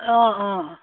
অঁ অঁ